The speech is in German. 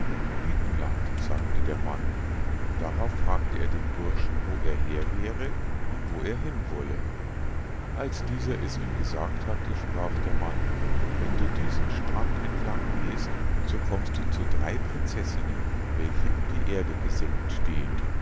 witenland antwortete der mann darauf fragte er den burschen wo er her wäre und wo er hin wolle als dieser es ihm gesagt hatte sprach der mann wenn du diesen strand entlang gehst so kommst du zu drei prinzessinnen welche in die erde gesenkt stehen